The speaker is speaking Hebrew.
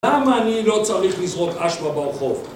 למה אני לא צריך לזרות אשפה ברחוב?